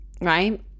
right